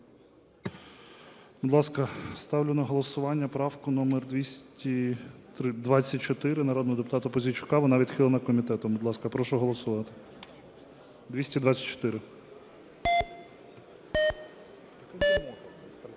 Будь ласка, ставлю на голосування правку номер 224 народного депутата Пузійчука. Вона відхилена комітетом. Будь ласка, прошу голосувати, 224.